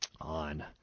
on